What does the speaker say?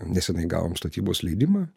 neseniai gavom statybos leidimą